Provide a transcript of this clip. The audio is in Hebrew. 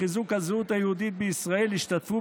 לחיזוק הזהות היהודית בישראל השתתפו,